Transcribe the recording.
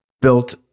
built